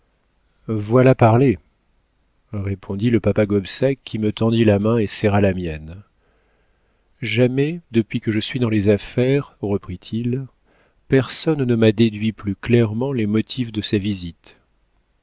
voilà parler répondit le papa gobseck qui me tendit la main et serra la mienne jamais depuis que je suis dans les affaires reprit-il personne ne m'a déduit plus clairement les motifs de sa visite